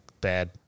bad